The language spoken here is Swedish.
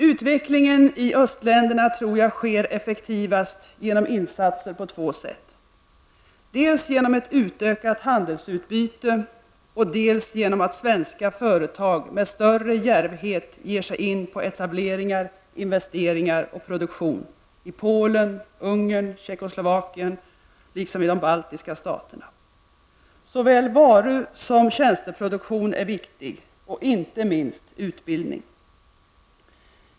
Utvecklingen i östländerna tror jag sker effektivast genom insatser på två sätt: dels genom ett utökat handelsutbyte, dels genom att svenska företag med större djärvhet ger sig in med etableringar, investeringar och produktion i Polen, Ungern, Tjeckoslovakien liksom i de baltiska staterna. Såväl varuproduktion som tjänsteproduktion är viktig -- inte minst utbildning.